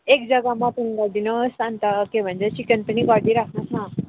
एक जग्गा मटन गरिदिनुहोस् अन्त के भन्छ चिकन पनि गरिराखि दिनुहोस् न